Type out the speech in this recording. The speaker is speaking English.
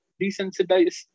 desensitize